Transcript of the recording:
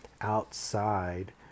outside